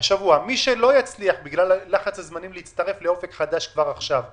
מי שלא יצליח להצטרף לאופק חדש בגלל לחץ הזמנים,